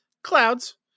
Clouds